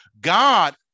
God